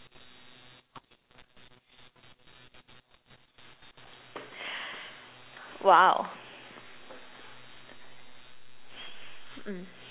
!wow! mm